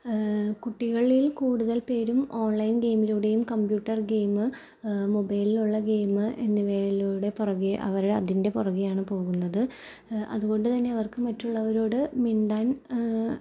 കുട്ടികളിൽ കൂടുതൽ പേരും ഓൺലൈൻ ഗെയിമിലൂടെയും കമ്പ്യൂട്ടർ ഗെയിമ് മൊബൈലൊള്ള ഗെയിമ് എന്നിവയിലൂടെ പുറകെ അവർ അതിൻ്റെ പുറകെയാണ് പോകുന്നത് അതുകൊണ്ട് തന്നെ അവർക്ക് മറ്റുള്ളവരോട് മിണ്ടാൻ